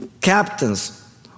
captains